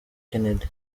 kennedy